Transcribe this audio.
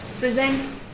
present